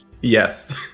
Yes